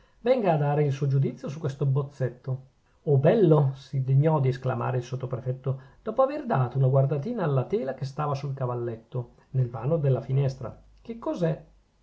venga a dare il suo giudizio su questo bozzetto oh bello si degnò di esclamare il sottoprefetto dopo aver dato una guardatina alla tela che stava sul cavalletto nel vano della finestra che cos'è